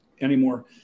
anymore